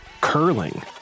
curling